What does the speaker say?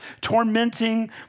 tormenting